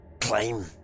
claim